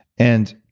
and